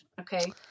Okay